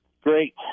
Great